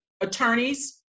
attorneys